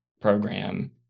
program